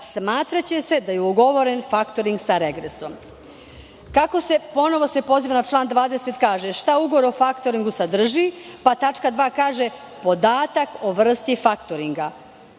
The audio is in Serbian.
smatraće se da je ugovoren faktoring sa regresom. Ponovo se poziva na član 20. i kaže - šta ugovor o faktoringu sadrži, pa tačka 2. kaže – podatak o vrsti faktoringa.